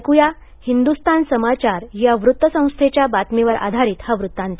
ऐक्या हिंद्रस्तान समाचार या वृत्त संस्थेच्या बातमीवर आधारित हा वृत्तांत